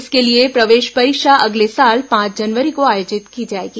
इसके लिए प्रवेश परीक्षा अगले साल पांच जनवरी को आयोजित की जाएगी